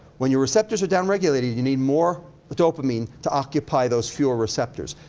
when your receptors are down regulated, you need more dopamine to occupy those fewer receptors.